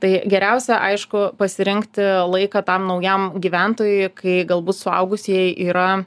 tai geriausia aišku pasirinkti laiką tam naujam gyventojui kai galbūt suaugusieji yra